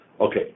Okay